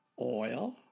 Oil